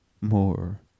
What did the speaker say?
more